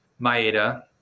Maeda